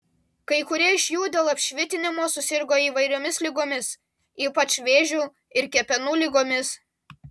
kai kurie iš jų dėl apšvitinimo susirgo įvairiomis ligomis ypač vėžiu ir kepenų ligomis